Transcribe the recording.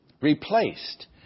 replaced